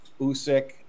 Usyk